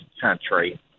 country